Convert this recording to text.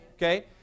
Okay